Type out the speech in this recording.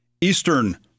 Eastern